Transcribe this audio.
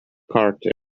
carter